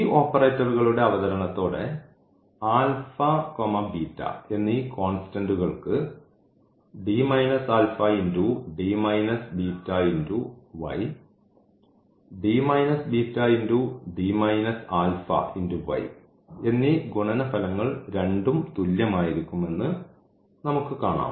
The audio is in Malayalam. ഈ ഓപ്പറേറ്റർകളുടെ അവതരണത്തോടെ എന്നീ കോൺസ്റ്റന്റ്കൾക്ക് എന്നീ ഗുണനഫലങ്ങൾ രണ്ടും തുല്യമായിരിക്കും എന്ന് നമുക്ക് കാണാം